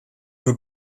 uma